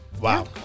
Wow